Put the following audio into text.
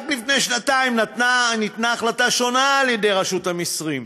רק לפני שנתיים ניתנה החלטה שונה על-ידי רשות המסים,